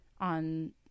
on